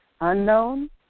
unknown